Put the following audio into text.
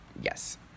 yes